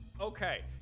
okay